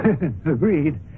Agreed